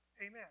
Amen